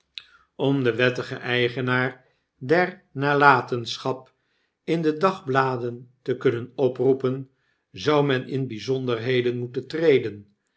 om den wettigen eigenaar der nalatenschap in de dagbladen te kunnen oproepen zou men in bgzonderheden moeten treden